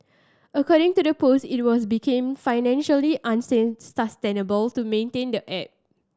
according to the post it was become financially to maintain the app